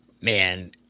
Man